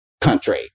country